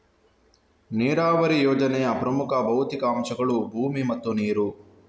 ನೀರಾವರಿ ಯೋಜನೆಯ ಪ್ರಮುಖ ಭೌತಿಕ ಅಂಶಗಳು ಭೂಮಿ ಮತ್ತು ನೀರು